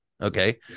Okay